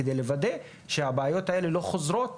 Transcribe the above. כדי לוודא שהבעיות האלה לא חוזרות,